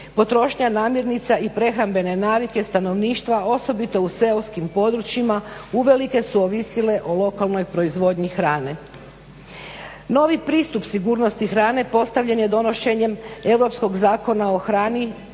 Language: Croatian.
potrošnja namirnica i prehrambene navike stanovništva osobito u seoskim područjima uvelike su ovisile o lokalnoj proizvodnji hrane. Novi pristup sigurnosti hrane postavljen je donošenjem europskog Zakona o hrani